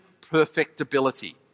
perfectibility